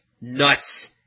nuts